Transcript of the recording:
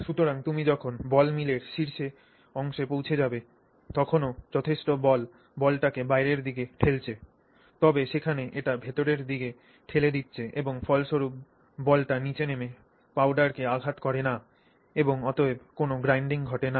সুতরাং তুমি যখন বল মিলের শীর্ষ অংশে পৌঁছেছ তখনও যথেষ্ট বল বলটিকে বাইরের দিকে ঠেলছে তবে সেখানে এটি ভেতরের দিকে ঠেলে দিচ্ছে এবং ফলস্বরূপ বলটি নীচে নেমে পাউডারকে আঘাত করে না এবং অতএব কোনও গ্রাইন্ডিং ঘটে না